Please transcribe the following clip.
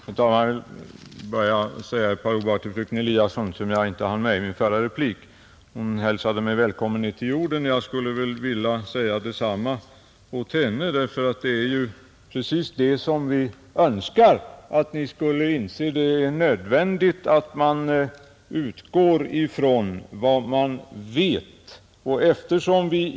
Herr talman! Jag vill börja med att säga ett par ord till fröken Eliasson som jag inte hann med i min förra replik. Hon hälsade mig välkommen ned till jorden, och jag skulle vilja säga detsamma till henne, Vad vi nämligen önskar är att ni inser nödvändigheten av att man utgår från vad man vet.